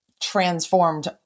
transformed